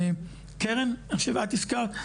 קרן את הזכרת?